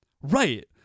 Right